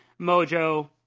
Mojo